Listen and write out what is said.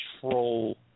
control